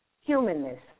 humanness